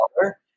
color